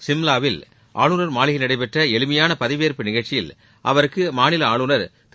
ஷிம்லாவில் ஆளுநர் மாளிகையில் நடைபெற்ற எளிமையாள பதவியேற்பு நிகழ்ச்சியில் அவருக்கு அம்மாநில ஆளுநர் திரு